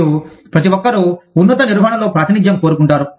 మరియు ప్రతి ఒక్కరూ ఉన్నత నిర్వహణలో ప్రాతినిధ్యం కోరుకుంటారు